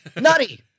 nutty